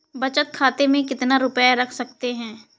बचत खाते में कितना रुपया रख सकते हैं?